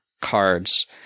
cards